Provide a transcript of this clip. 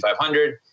500